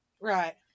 Right